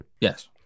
Yes